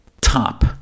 top